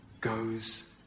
goes